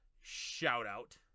shout-out